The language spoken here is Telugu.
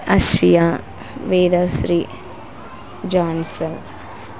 ఆశ్రియ వేదశ్రీ జాన్సన్